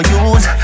use